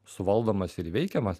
suvaldomas ir įveikiamas